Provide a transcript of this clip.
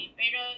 pero